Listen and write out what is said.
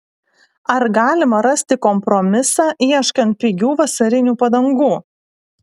ar galima rasti kompromisą ieškant pigių vasarinių padangų